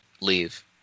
leave